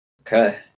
Okay